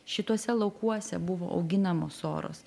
šituose laukuose buvo auginamos soros